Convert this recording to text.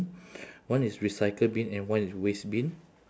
one is recycle bin and one is waste bin